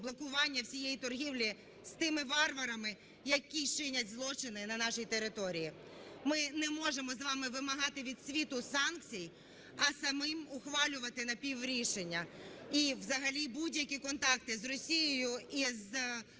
блокування всієї торгівлі з тими варварами, які чинять злочини на нашій території. Ми не можемо з вами вимагати від світу санкцій, а самим ухвалювати напіврішення. І взагалі будь-які контакти з Росією і з